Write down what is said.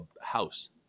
house